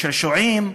אם בגני-שעשועים,